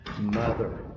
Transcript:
mother